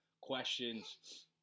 questions